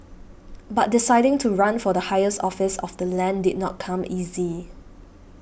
but deciding to run for the highest office of the land did not come easy